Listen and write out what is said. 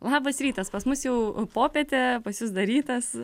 labas rytas pas mus jau popietė pas jus dar rytas